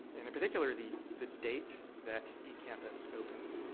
in particular, the the date that ecampus opens.